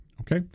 Okay